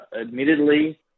admittedly